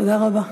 תודה רבה.